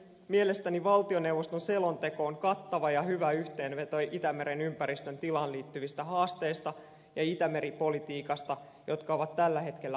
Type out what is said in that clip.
mielestäni valtioneuvoston selonteko on kattava ja hyvä yhteenveto itämeren ympäristön tilaan liittyvistä haasteista ja itämeri politiikasta jotka ovat tällä hetkellä ajankohtaisia